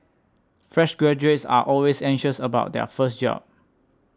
fresh graduates are always anxious about their first job